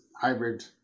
hybrid